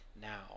now